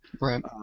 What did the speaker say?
Right